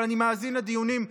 אבל אני מאזין לדיונים,